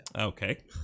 Okay